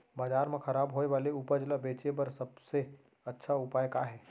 बाजार मा खराब होय वाले उपज ला बेचे बर सबसे अच्छा उपाय का हे?